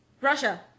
Russia